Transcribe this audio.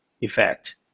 effect